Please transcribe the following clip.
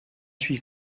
huit